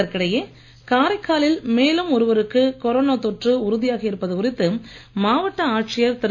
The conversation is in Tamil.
இதற்கிடையே காரைக்காலில் மேலும் ஒருவருக்கு கொரோனா தொற்று உறுதியாகி இருப்பது குறித்து மாவட்ட ஆட்சியர் திரு